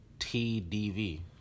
T-D-V